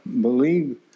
believe